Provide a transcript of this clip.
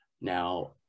now